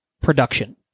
production